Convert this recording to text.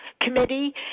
committee